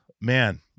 man